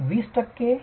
विद्यार्थीः 20 टक्के